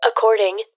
According